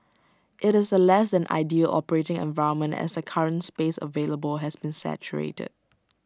IT is A less than ideal operating environment as the current space available has been saturated